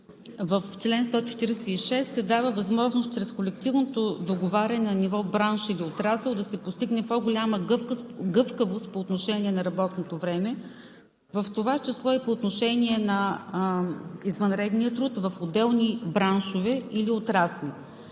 в чл. 146 се дава възможност чрез колективното договаряне на ниво бранш или отрасъл да се постигне по-голяма гъвкавост по отношение на работното време, в това число и по отношение на извънредния труд в отделни браншове или отрасли.